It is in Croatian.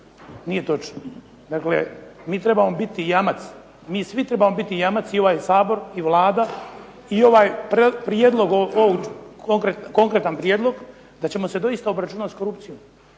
Nije točno. Dakle, mi trebamo biti jamac, mi svi trebamo biti jamac i ovaj Sabor i Vlada i ovaj konkretan prijedlog da ćemo se doista obračunat s korupcijom.